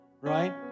right